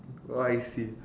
oh I see